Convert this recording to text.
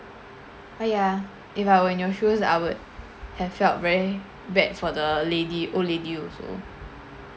oh ya if I were in your shoes I would have felt very bad for the lady old lady also